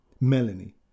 Melanie